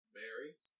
berries